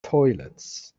toilets